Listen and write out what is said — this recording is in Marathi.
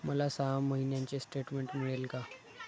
मला सहा महिन्यांचे स्टेटमेंट मिळेल का?